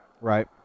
Right